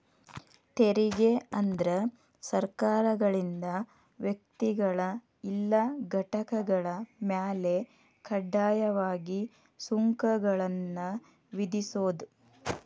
ತೆರಿಗೆ ಅಂದ್ರ ಸರ್ಕಾರಗಳಿಂದ ವ್ಯಕ್ತಿಗಳ ಇಲ್ಲಾ ಘಟಕಗಳ ಮ್ಯಾಲೆ ಕಡ್ಡಾಯವಾಗಿ ಸುಂಕಗಳನ್ನ ವಿಧಿಸೋದ್